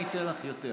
אני אתן לך יותר.